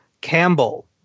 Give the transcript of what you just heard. Campbell